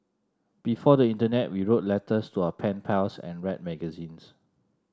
before the internet we wrote letters to our pen pals and read magazines